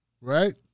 right